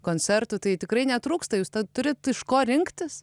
koncertų tai tikrai netrūksta jūs turit iš ko rinktis